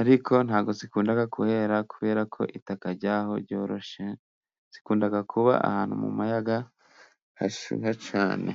Ariko nta bwo ikunda kuhera kubera ko itaka ryaho ryoroshye. Ikunda kuba ahantu mu mayaga hashyuha cyane.